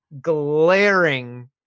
glaring